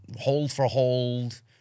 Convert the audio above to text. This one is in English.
hold-for-hold